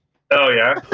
oh, yeah?